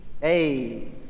Hey